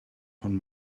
von